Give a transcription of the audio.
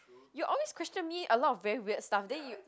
you always question me a lot of very weird stuff then you